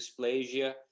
dysplasia